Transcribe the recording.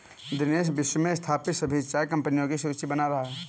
दिनेश विश्व में स्थापित सभी चाय कंपनियों की सूची बना रहा है